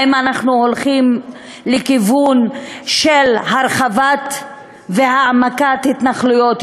האם אנחנו הולכים לכיוון של הרחבה והעמקה של התנחלויות,